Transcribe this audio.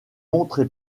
montré